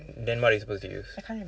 then what are you supposed to use